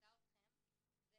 שמטרידה אתכם היא